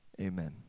Amen